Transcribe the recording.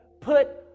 put